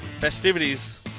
Festivities